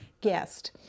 guest